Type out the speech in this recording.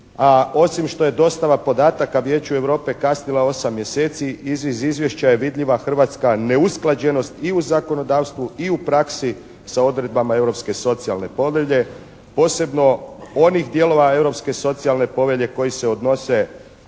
osim što je dostava podataka Vijeću Europe kasnila 8 mjeseci iz izvješća je vidljiva Hrvatska neusklađenost i u zakonodavstvu i u praksi sa odredbama Europske socijalne povelje posebno onih dijelova Europske socijalne povelje koji se odnose